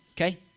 Okay